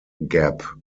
gap